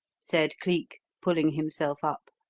said cleek, pulling himself up.